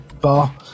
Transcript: bar